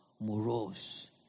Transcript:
morose